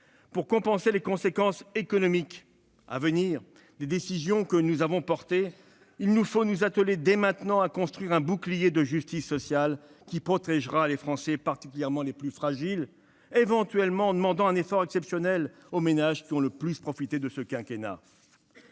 Pour compenser les conséquences économiques à venir des décisions que nous avons portées, il faut nous atteler dès maintenant à construire un bouclier de justice sociale qui protégera les Français, particulièrement les plus fragiles, éventuellement en demandant un effort exceptionnel aux ménages qui ont le plus profité de ce quinquennat.